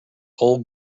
old